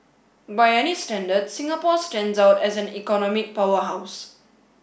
by any standard Singapore stands out as an economic powerhouse